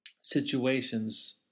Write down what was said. situations